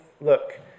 look